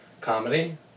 Comedy